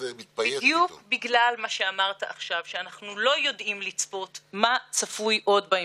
אנחנו יודעים שזאת טיפה בים.